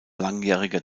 langjähriger